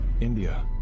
India